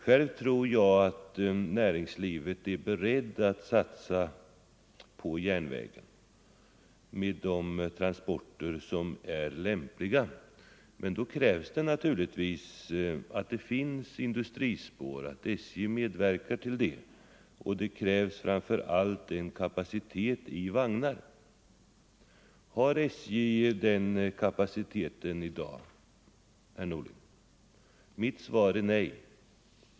Själv tror jag att näringslivet är berett att satsa på järnvägen, men då krävs det naturligtvis att det finns industrispår eller att SJ medverkar till att anlägga sådana. Och det krävs framför allt en kapacitet i vagnar. Har SJ den kapaciteten i dag, herr Norling? Mitt svar är nej.